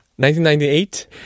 1998